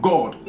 God